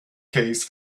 case